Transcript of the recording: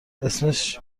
اسمش